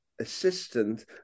assistant